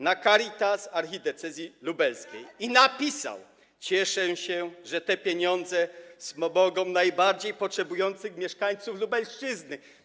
na Caritas Archidiecezji Lubelskiej i napisał: cieszę się, że te pieniądze wspomogą najbardziej potrzebujących mieszkańców Lubelszczyzny.